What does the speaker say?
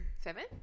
seven